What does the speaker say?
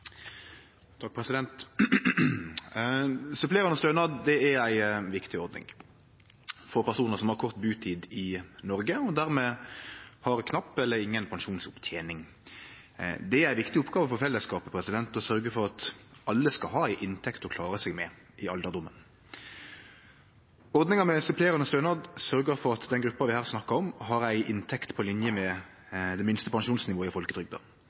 dermed har knapp eller inga pensjonsopptening. Det er ei viktig oppgåve for fellesskapet å sørgje for at alle skal ha ei inntekt å klare seg med i alderdomen. Ordninga med supplerande stønad sørgjer for at den gruppa vi her snakkar om, har ei inntekt på linje med minstepensjonsnivået i folketrygda. Det